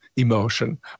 emotion